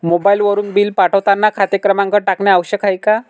मोबाईलवरून बिल पाठवताना खाते क्रमांक टाकणे आवश्यक आहे का?